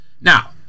Now